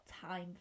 time